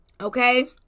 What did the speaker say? Okay